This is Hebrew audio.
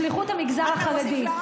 לשליחות המגזר החרדי.